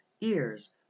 Ears